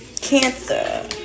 cancer